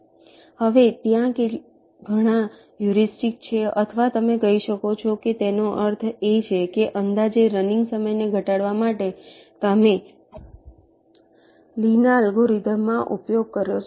હવે ત્યાં ઘણા હ્યુરિસ્ટિક્સ છે અથવા તમે કહી શકો છો તેનો અર્થ એ છે કે અંદાજે રનિંગ સમયને ઘટાડવા માટે તમે લી ના અલ્ગોરિધમમાં ઉપયોગ કરી શકો